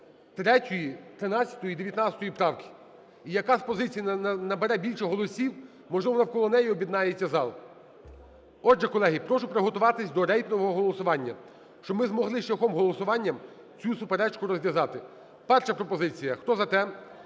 3, 13 і 19 правки. І яка з позицій набере більше голосів, можливо, навколо неї об'єднається зал. Отже, колеги, прошу приготуватись до рейтингового голосування, щоб ми змогли шляхом голосування цю суперечку розв'язати. Перша пропозиція. Хто за те,